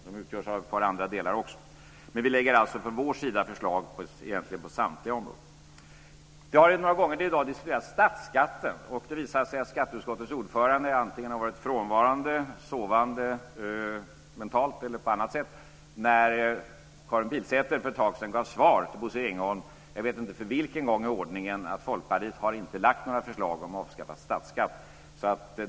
De utgörs av ett par andra delar också. Vi lägger alltså från vår sida förslag på samtliga områden. Det har några gånger i dag diskuterats statsskatten, och det visar sig att skatteutskottets ordförande var antingen frånvarande eller sovande, mentalt eller på annat sätt, när Karin Pilsäter för ett tag sedan gav svar till Bosse Ringholm - jag vet inte för vilken gång i ordningen - att Folkpartiet inte har lagt några förslag om avskaffad statsskatt.